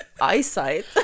eyesight